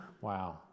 Wow